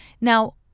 Now